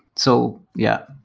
so, yeah,